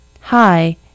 Hi